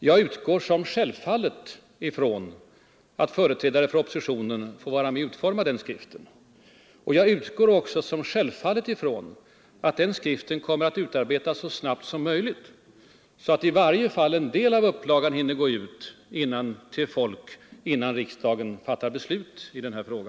Jag utgår självfallet från att företrädare för oppositionen får vara med om att utforma denna skrift liksom också från att den kommer att utarbetas så snabbt som möjligt, så att i varje fall en del av upplagan hinner gå ut till folk innan riksdagen fattar beslut i denna fråga.